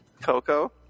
Coco